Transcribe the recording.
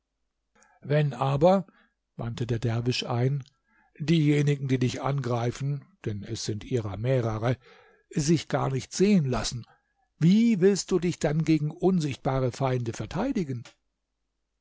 wenn aber wandte der derwisch ein diejenigen die dich angreifen denn es sind ihrer mehrere sich gar nicht sehen lassen wie willst du dich dann gegen unsichtbare feinde verteidigen